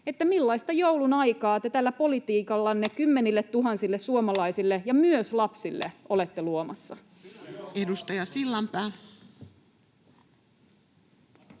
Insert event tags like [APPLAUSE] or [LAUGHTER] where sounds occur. millaista joulunaikaa te tällä politiikallanne [NOISE] kymmenilletuhansille suomalaisille ja myös lapsille olette luomassa. [Perussuomalaisten